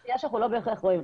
יש עשייה שאנחנו לא בהכרח רואים,